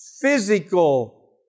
physical